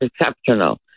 exceptional